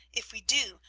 if we do,